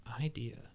Idea